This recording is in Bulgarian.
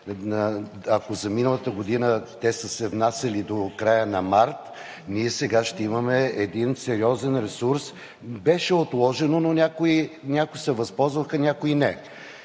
ако за миналата година те са се внасяли до края на месец март, ние сега ще имаме един сериозен ресурс. Беше отложено, но някои се възползваха, някои не.